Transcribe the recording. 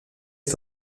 est